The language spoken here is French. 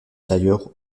tailleur